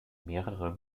mehrere